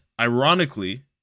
ironically